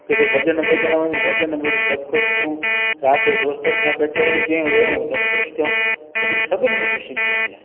किथे भॼन ॿुधण वञू भॼन ॿुधु त बि ख़ुशि थियूं राति जो दोस्तनि सां कचेरी ते वेयूं त बि ख़ुशि थियूं हुन में सभिनी में ख़ुशी मिलंदी आहे